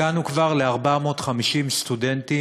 הגענו כבר ל-450 סטודנטים,